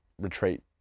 retreat